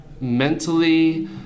mentally